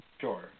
Sure